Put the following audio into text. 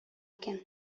икән